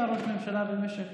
מי היה ראש ממשלה במשך